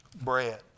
bread